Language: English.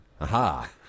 Aha